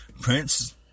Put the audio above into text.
Prince